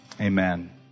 amen